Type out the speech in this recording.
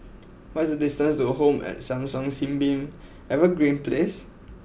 what is the distance to Home at Hong San Sunbeam Evergreen Place